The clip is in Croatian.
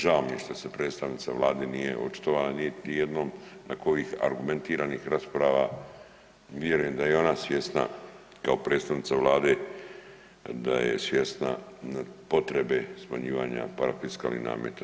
Žao mi što se predstavnica Vlada nije očitovala niti o jednom nakon ovih argumentiranih rasprava, vjerujem da je i ona svjesna kao predstavnica Vlade da je svjesna potrebe smanjivanja parafiskalnih nameta.